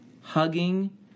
hugging